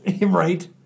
Right